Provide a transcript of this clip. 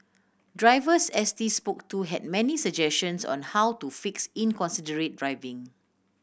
drivers S T spoke to had many suggestions on how to fix inconsiderate driving